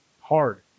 hard